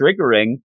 triggering